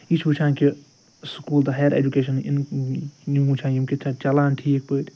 یہِ چھِ وُچھان کہِ سکوٗل تہٕ ہایر اٮ۪جُوٗکیٚشن نِمو چھا یِم چَلان ٹھیٖک پٲٹھۍ